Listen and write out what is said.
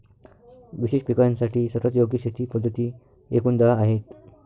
विशेष पिकांसाठी सर्वात योग्य शेती पद्धती एकूण दहा आहेत